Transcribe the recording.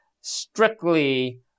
strictly